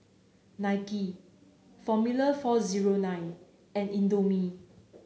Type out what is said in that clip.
Nike Formula four zero nine and Indomie